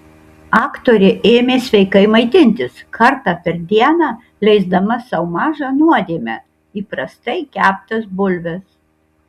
aktorė ėmė sveikai maitintis kartą per dieną leisdama sau mažą nuodėmę įprastai keptas bulves